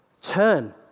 Turn